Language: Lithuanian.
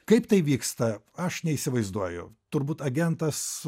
kaip tai vyksta aš neįsivaizduoju turbūt agentas